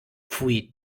pfui